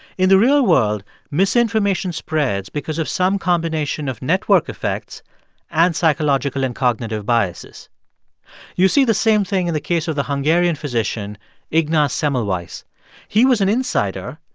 in the real world, misinformation spreads because of some combination of network effects and psychological and cognitive biases you see the same thing in the case of the hungarian physician ignaz semmelweis. he was an insider,